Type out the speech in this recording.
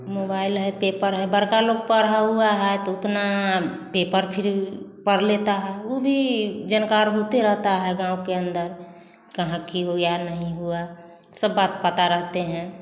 mobile है paper है बड़का लोग पढ़ा हुआ है तो उतना पेपर फिर पढ़ लेता है ऊ भी जानकार होता रहता है गाँव के अंदर कहाँ कि हुआ नहीं हुआ सब बात पता रहते हैं